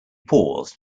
paused